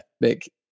make